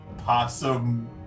Possum